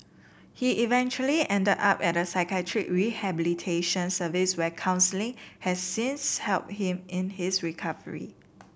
he eventually ended up at a psychiatric rehabilitation service where counselling has since help him in his recovery